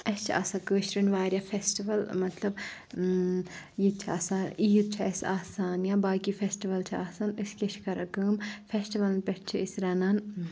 اَسہِ چھِ آسان کٲشرٮ۪ن واریاہ فیسٹِول مطلب ییتہِ چھِ آسان عیٖد چھِ اَسہِ آسان یا باقٕے فیسٹِول چھِ آسان أسۍ کیٛاہ چھِ کَران کٲم فیٚسٹِولَن پٮ۪ٹھ چھِ أسۍ رَنان